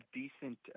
decent